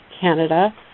Canada